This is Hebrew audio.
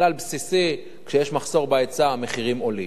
כלל בסיסי, כשיש מחסור בהיצע, המחירים עולים.